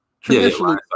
Traditionally